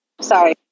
sorry